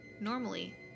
Normally